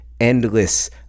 endless